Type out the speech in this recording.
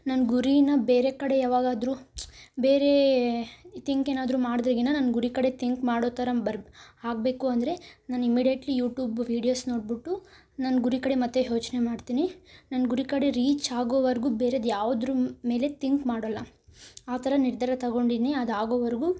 ನನ್ನ ಗುರಿನ ಬೇರೆ ಕಡೆ ಯಾವಾಗಾದರೂ ಬೇರೆ ತಿಂಕ್ ಏನಾದ್ರೂ ಮಾಡಿದಾಗಿನ ನನ್ನ ಗುರಿ ಕಡೆ ತಿಂಕ್ ಮಾಡೋ ಥರ ಬರ ಆಗಬೇಕು ಅಂದರೆ ನಾನು ಇಮ್ಮಿಡೇಟ್ಲಿ ಯೂಟೂಬ್ ವಿಡಿಯೋಸ್ ನೋಡ್ಬಿಟ್ಟು ನನ್ನ ಗುರಿ ಕಡೆ ಮತ್ತೆ ಯೋಚ್ನೆ ಮಾಡ್ತೀನಿ ನನ್ನ ಗುರಿ ಕಡೆ ರೀಚ್ ಆಗೋವರೆಗೂ ಬೇರೆದು ಯಾವುದ್ರ ಮೇಲೆ ತಿಂಕ್ ಮಾಡೋಲ್ಲ ಆ ಥರ ನಿರ್ಧಾರ ತಗೊಂಡೀನಿ ಅದು ಆಗೋವರೆಗೂ